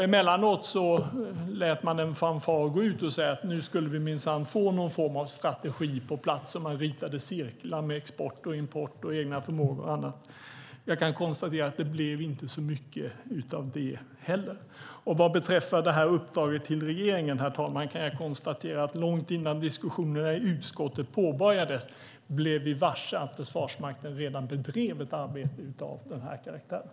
Emellanåt lät man en fanfar gå ut och sade att nu skulle man minsann få någon form av strategi på plats. Man ritade cirklar med export och import, egna förmågor och annat. Jag kan konstatera att det inte blev så mycket av det heller. Vad beträffar uppdraget till regeringen, herr talman, kan jag konstatera att långt innan diskussionerna i utskottet påbörjades blev vi varse att Försvarsmakten redan bedrev ett arbete av den här karaktären.